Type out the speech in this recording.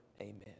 Amen